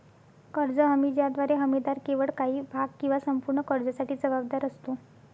कर्ज हमी ज्याद्वारे हमीदार केवळ काही भाग किंवा संपूर्ण कर्जासाठी जबाबदार असतो